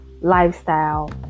lifestyle